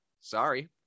Sorry